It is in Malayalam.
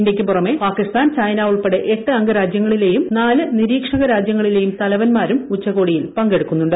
ഇന്ത്യയ്ക്ക് പുറമെ പാകിസ്ഥാൻ ചൈന ഉൾപ്പെടെ എട്ട് അംഗ രാജ്യങ്ങളിലെയും നാല് നിരീക്ഷക രാജ്യങ്ങളുടെയും തലവൻമാരും ഉച്ചുകോടിയിൽ പങ്കെടുക്കുന്നുണ്ട്